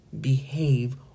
behave